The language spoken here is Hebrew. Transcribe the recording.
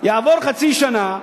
תעבור חצי שנה,